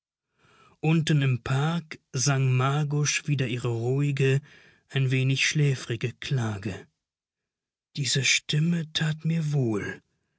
unten im park sang margusch wieder ihre ruhige ein wenig schläfrige klage diese stimme tat mir wohl